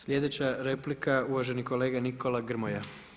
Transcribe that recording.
Slijedeća replika uvaženi kolega Nikola Grmoja.